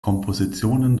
kompositionen